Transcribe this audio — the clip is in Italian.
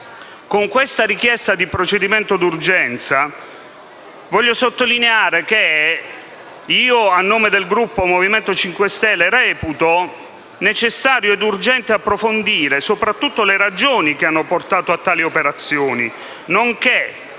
Con questa richiesta di procedimento d'urgenza vorrei sottolineare che io, a nome del Gruppo Movimento 5 Stelle, reputo necessario ed urgente approfondire soprattutto le ragioni che hanno portato a tali operazioni nonché